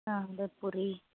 ಹಾಂ ಪೂರಿ